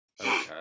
Okay